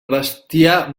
bestiar